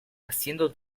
haciendo